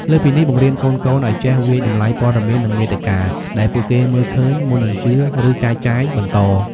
លើសពីនេះបង្រៀនកូនៗឲ្យចេះ វាយតម្លៃព័ត៌មាន និងមាតិកា ដែលពួកគេមើលឃើញ មុននឹងជឿ ឬចែកចាយបន្ត។